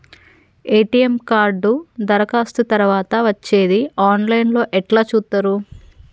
ATM card దరఖాస్తు తరువాత వచ్చేది ఆన్ లైన్ లో ఎట్ల చూత్తరు?